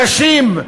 קשות,